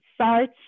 search